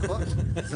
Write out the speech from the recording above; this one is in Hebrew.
זה